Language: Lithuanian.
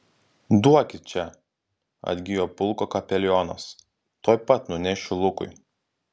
duokit čia atgijo pulko kapelionas tuoj pat nunešiu lukui